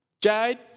Jade